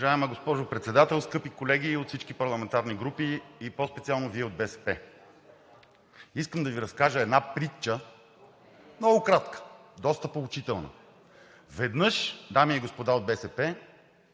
Уважаема госпожо Председател, скъпи колеги от всички парламентарни групи и по-специално Вие от БСП! Искам да Ви разкажа една притча, много кратка – доста поучителна. „Веднъж, дами и господа от БСП,